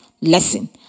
lesson